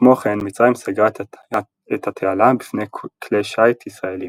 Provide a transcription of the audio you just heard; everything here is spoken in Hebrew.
כמו כן מצרים סגרה את התעלה בפני כלי שיט ישראלים.